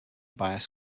bias